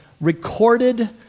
recorded